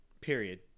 Period